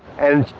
and,